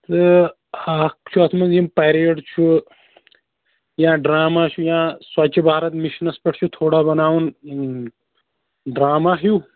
تہٕ اَکھ چھُ اَتھ منٛز یِم پَریڈ چھُ یا ڈرٛاما چھُ یا سُوَچ بھارت مِشنَس پٮ۪ٹھ چھُ تھوڑا بَناوُن ڈرٛاما ہیوٗ